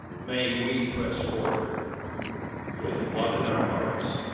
may we press forward with love in our hearts,